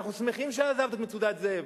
ואנחנו שמחים שעזבת את "מצודת זאב".